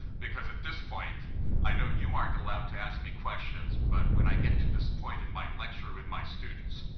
because at this point i know you aren't allowed to ask me questions, but when i get to this point in my lecture with my students,